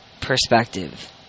perspective